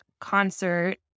concert